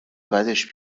بدش